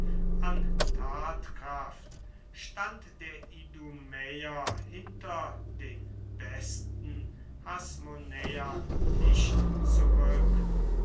an tatkraft stand der idumäer hinter den besten hasmonäern nicht zurück